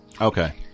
Okay